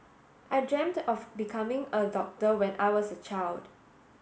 I dreamt of becoming a doctor when I was a child